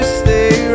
stay